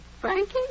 Frankie